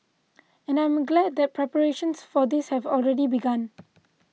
and I am glad that preparations for this have already begun